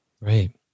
right